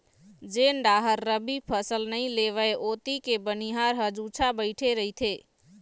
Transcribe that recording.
जेन डाहर रबी फसल नइ लेवय ओती के बनिहार ह जुच्छा बइठे रहिथे